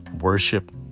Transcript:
worship